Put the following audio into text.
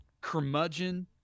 curmudgeon